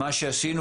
מה שעשינו,